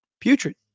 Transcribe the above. Putrid